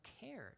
cared